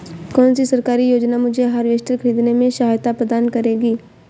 कौन सी सरकारी योजना मुझे हार्वेस्टर ख़रीदने में सहायता प्रदान करेगी?